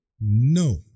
no